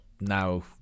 now